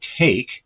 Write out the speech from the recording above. take